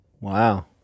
Wow